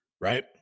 Right